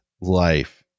life